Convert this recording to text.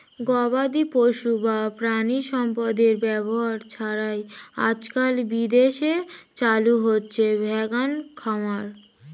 গবাদিপশু বা প্রাণিসম্পদের ব্যবহার ছাড়াই আজকাল বিদেশে চালু হয়েছে ভেগান খামার